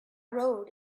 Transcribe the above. road